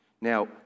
Now